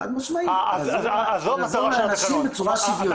חד משמעית, לעזור לאנשים בצורה שוויונית.